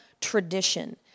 tradition